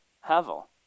Havel